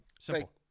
simple